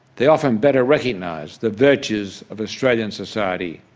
they often better recognise the virtues of australian society,